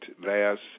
last